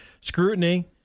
scrutiny